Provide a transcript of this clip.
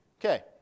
Okay